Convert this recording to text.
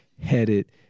headed